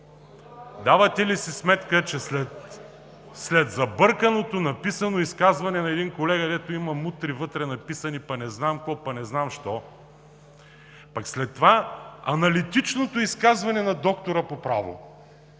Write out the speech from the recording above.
давате ли си сметка, че след забърканото, написано изказване на един колега, където вътре има написани мутри, пък не знам какво, пък не знам що, пък след това аналитичното изказване на доктора по право,